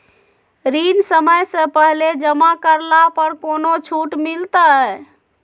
ऋण समय से पहले जमा करला पर कौनो छुट मिलतैय?